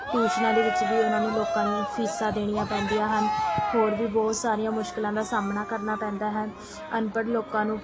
ਟਿਊਸ਼ਨਾਂ ਦੇ ਵਿੱਚ ਵੀ ਉਹਨਾਂ ਨੂੰ ਲੋਕਾਂ ਨੂੰ ਫੀਸਾਂ ਦੇਣੀਆਂ ਪੈਂਦੀਆਂ ਹਨ ਹੋਰ ਵੀ ਬਹੁਤ ਸਾਰੀਆਂ ਮੁਸ਼ਕਲਾਂ ਦਾ ਸਾਹਮਣਾ ਕਰਨਾ ਪੈਂਦਾ ਹੈ ਅਨਪੜ੍ਹ ਲੋਕਾਂ ਨੂੰ